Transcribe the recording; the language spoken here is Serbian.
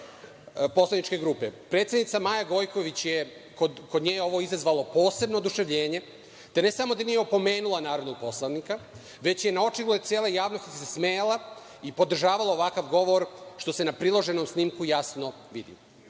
poslaničke grupe. Kod predsednice Maje Gojković je ovo izazvalo posebno oduševljenje, te ne samo da nije opomenula narodnog poslanika, već se na očigled cele javnosti smejala i podržavala ovakav govor, što se na priloženom snimku jasno vidi. Tokom